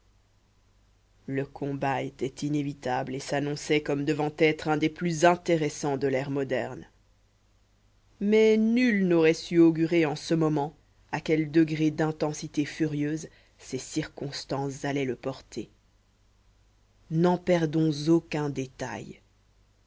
le combat était inévitable et s'annonçait comme devant être un des plus intéressants de l'ère moderne mais nul n'aurait su augurer en ce moment à quel degré d'intensité furieuse ces circonstances allaient le porter n'en perdons aucun détail